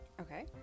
Okay